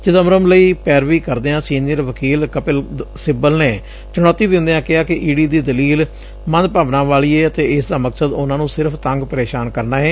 ਚਿਦੰਬਰਮ ਲਈ ਪੈਰਵੀਂ ਕਰਦਿਆਂ ਸੀਨੀਅਰ ਵਕੀਲ ਕਪਿਲ ਸਿੱਬਲ ਨੇ ਚੁਣੌਤੀ ਦਿੰਦਿਆਂ ਕਿਹਾ ਕਿ ਈ ਡੀ ਦੀ ਦਲੀਲ ਮੰਦਭਾਵਨਾ ਵਾਲੀ ਏ ਅਤੇ ਇਸ ਦਾ ਮਕਸਦ ਉਨ੍ਹਾਂ ਨੂੰ ਸਿਰਫ਼ ਤੰਗ ਪ੍ਰੇਸ਼ਾਨ ਕਰਨਾ ਏ